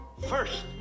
First